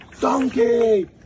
donkey